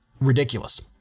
ridiculous